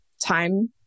time